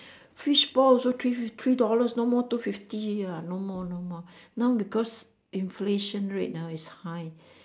fishball also three three dollars no more two fifty ah no more no more now because inflation rate ah is high